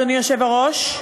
אדוני היושב-ראש.